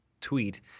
tweet –